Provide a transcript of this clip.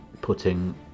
putting